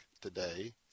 today